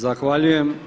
Zahvaljujem.